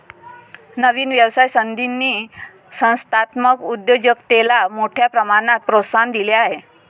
नवीन व्यवसाय संधींनी संस्थात्मक उद्योजकतेला मोठ्या प्रमाणात प्रोत्साहन दिले आहे